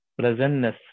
presentness